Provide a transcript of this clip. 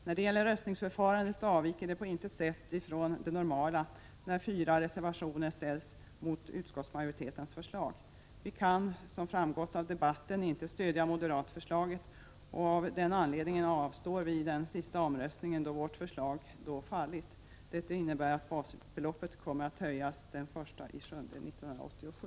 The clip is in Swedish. När det gäller röstningsförfarandet avviker det på intet sätt från det normala när fyra reservationer ställs mot utskottsmajoritetens förslag. Vi kan, som framgått av debatten, inte stödja moderatförslaget. Av den anledningen avstår vi i den sista omröstningen, då vårt förslag redan fallit. Detta innebär att basbeloppet höjs den 1 juli 1987.